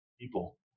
people